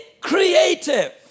creative